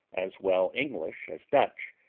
as well english as dutch,